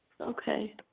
okay